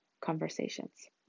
conversations